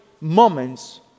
moments